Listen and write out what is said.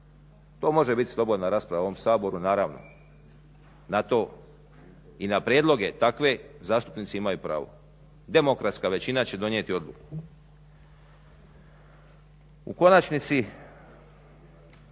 to može biti slobodna rasprava u ovom Saboru, na to i na prijedloge takve zastupnici imaju pravo. Demokratska većina će donijeti odluku. U konačnici